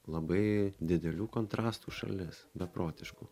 labai didelių kontrastų šalis beprotiškų